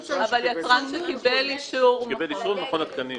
הם סומנו --- אבל יצרן שקיבל אישור --- עומדים בתקן מכון התקנים.